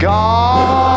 God